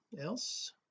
else